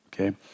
Okay